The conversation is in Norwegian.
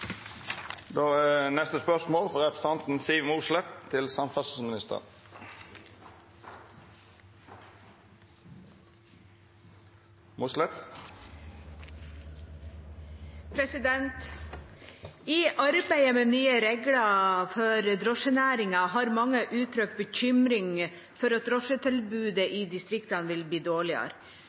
arbeidet med nye regler for drosjenæringen har mange uttrykt bekymring for at drosjetilbudet i distriktene vil bli dårligere.